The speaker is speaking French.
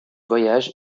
voyage